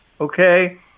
okay